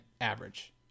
average